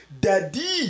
daddy